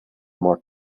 more